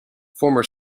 former